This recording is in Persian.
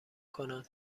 کنم